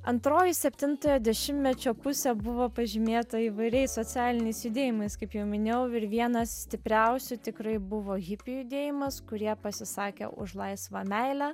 antroji septintojo dešimtmečio pusė buvo pažymėta įvairiais socialiniais judėjimais kaip jau minėjau ir vienas stipriausių tikrai buvo hipių judėjimas kurie pasisakė už laisvą meilę